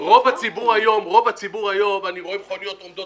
רוב הציבור היום אני רואה מכוניות עומדות